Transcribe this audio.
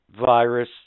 virus